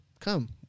come